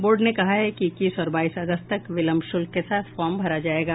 board ने कहा है कि इक्कीस और बाईस अगस्त तक विलंब शुल्क के साथ फार्म भरा जायेगा